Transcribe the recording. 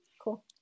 Cool